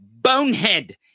bonehead